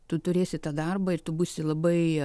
tu turėsi tą darbą ir tu būsi labai